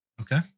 Okay